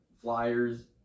Flyers